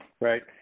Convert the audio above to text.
Right